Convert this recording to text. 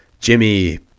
Jimmy